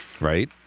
Right